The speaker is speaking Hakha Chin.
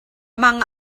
mang